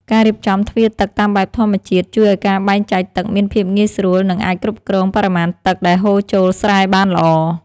ការរៀបចំទ្វារទឹកតាមបែបធម្មជាតិជួយឱ្យការបែងចែកទឹកមានភាពងាយស្រួល និងអាចគ្រប់គ្រងបរិមាណទឹកដែលហូរចូលស្រែបានល្អ។